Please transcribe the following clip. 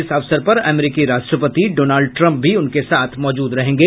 इस अवसर पर अमरीकी राष्ट्रपति डोनल्ड ट्रंप भी उनके साथ मौजूद रहेंगे